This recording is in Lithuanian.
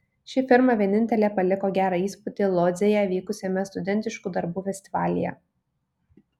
ši firma vienintelė paliko gerą įspūdį lodzėje vykusiame studentiškų darbų festivalyje